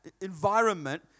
environment